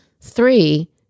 Three